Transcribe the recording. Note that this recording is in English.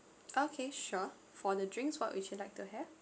okay sure for the drinks what would you like to have